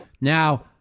Now